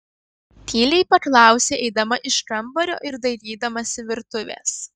tyliai paklausė eidama iš kambario ir dairydamasi virtuvės